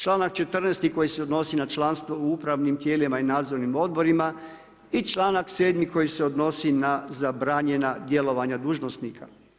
Članak 14. koji se odnosi na članstvo u upravnim tijelima i nadzornim odborima i članak 7. koji se odnosi na zabranjena djelovanja dužnosnika.